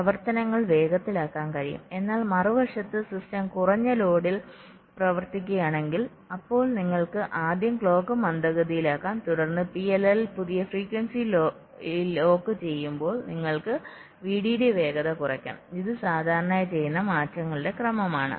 അതിനാൽ പ്രവർത്തനങ്ങൾ വേഗത്തിലാക്കാൻ കഴിയും എന്നാൽ മറുവശത്ത് സിസ്റ്റം കുറഞ്ഞ ലോഡിൽ പ്രവർത്തിക്കുകയാണെങ്കിൽ അപ്പോൾ നിങ്ങൾക്ക് ആദ്യം ക്ലോക്ക് മന്ദഗതിയിലാക്കാം തുടർന്ന് PLL പുതിയ ഫ്രീക്വൻസി ലോക്ക് ചെയ്യുമ്പോൾ നിങ്ങൾക്ക് VDD വേഗത കുറയ്ക്കാം ഇത് സാധാരണയായി ചെയ്യുന്ന മാറ്റങ്ങളുടെ ക്രമമാണ്